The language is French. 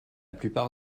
plupart